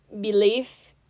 belief